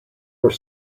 were